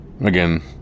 Again